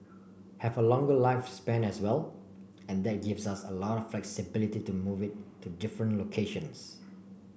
have a longer lifespan as well and that gives us a lot of flexibility to move it to different locations